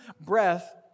breath